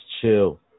chill